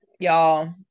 Y'all